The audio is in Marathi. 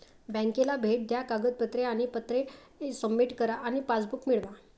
बँकेला भेट द्या कागदपत्रे आणि पत्रे सबमिट करा आणि पासबुक मिळवा